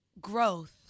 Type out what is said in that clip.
growth